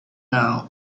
now